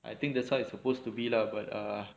I think that's how it's supposed to be lah but err